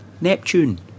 Neptune